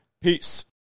Peace